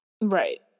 right